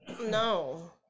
No